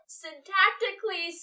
syntactically